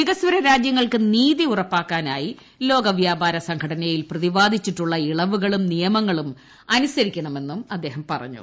വികസ്വര രാജ്യങ്ങൾക്ക് നീതി ഉറപ്പാക്കാനായി ലോക വ്യാപാര സംഘടനയിൽ പ്രതിപാദിച്ചിട്ടുള്ള ഇളവുകളും നിയമങ്ങളും അനുസരിക്കണമെന്നും അദ്ദേഹം പറഞ്ഞു